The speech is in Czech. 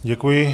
Děkuji.